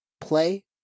play